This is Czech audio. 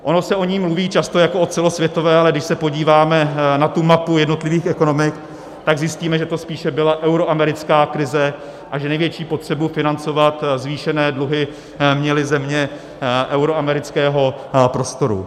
Ono se o ní mluví často jako o celosvětové, ale když se podíváme na mapu jednotlivých ekonomik, tak zjistíme, že to spíše byla euroamerická krize a že největší potřebu financovat zvýšené dluhy měly země euroamerického prostoru.